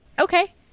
Okay